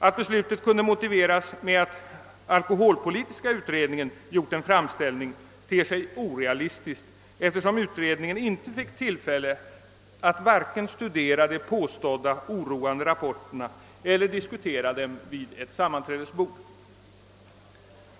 Att beslutet kunde motiveras med att alkoholpolitiska utredningen gjort en framställning ter sig orealistiskt, eftersom utredningen inte fick tillfälle att vare sig studera de påstådda oroande rapporterna eller diskutera dem vid ett sammanträdesbord.